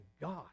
God